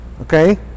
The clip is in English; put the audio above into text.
Okay